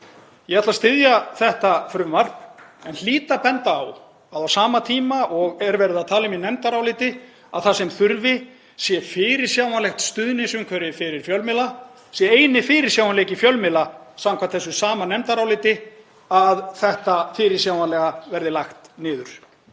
Ég ætla að styðja þetta frumvarp en hlýt að benda á að á sama tíma og verið er að tala um í nefndaráliti að það sem þurfi sé fyrirsjáanlegt stuðningsumhverfi fyrir fjölmiðla sé eini fyrirsjáanleiki fjölmiðla, samkvæmt því sama nefndaráliti, að þetta fyrirsjáanlega verði lagt niður.